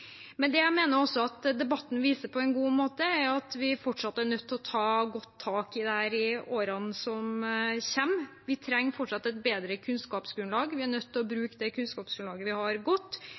jeg mener debatten viser på en god måte, er at vi i årene som kommer fortsatt er nødt til å ta godt tak i dette. Vi trenger fortsatt et bedre kunnskapsgrunnlag. Vi er nødt til å bruke det kunnskapsgrunnlaget vi har, godt.